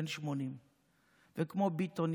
בן 80. כמו ביטון,